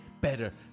better